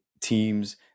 teams